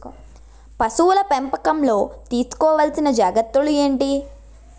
పశువుల పెంపకంలో తీసుకోవల్సిన జాగ్రత్తలు ఏంటి?